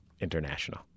International